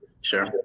sure